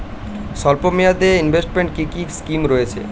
স্বল্পমেয়াদে এ ইনভেস্টমেন্ট কি কী স্কীম রয়েছে?